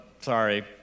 sorry